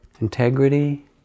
Integrity